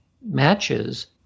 matches